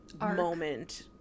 moment